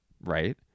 right